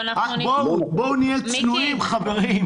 בואו נהיה צנועים, חברים.